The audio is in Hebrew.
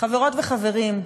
חברות וחברים,